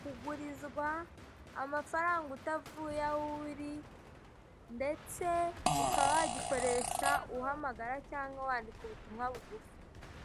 kugurizwa, amafaranga utavuye aho uri, ndetse ukaba wagikoresha uhamagara cyangwa wandika ubutumwa bugufi.